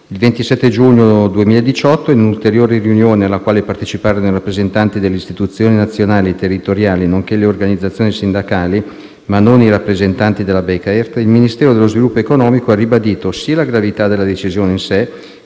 Il 27 giugno 2018, in un'ulteriore riunione alla quale parteciparono i rappresentanti delle istituzioni nazionali e territoriali, nonché le organizzazioni sindacali, ma non i rappresentanti della Bekaert, il Ministero dello sviluppo economico ha ribadito sia la gravità della decisione in sé,